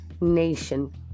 Nation